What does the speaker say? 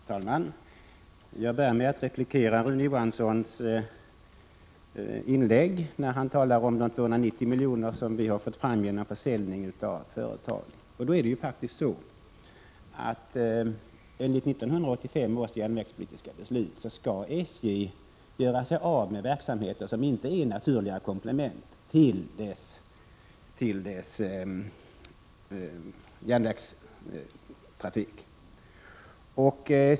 Fru talman! Jag börjar med att replikera på Rune Johanssons inlägg, när han talar om de 290 milj.kr. som vi har fått fram genom försäljning av företag. Enligt 1985 års järnvägspolitiska beslut skall SJ göra sig av med enheter som inte är naturliga komplement till järnvägstrafiken.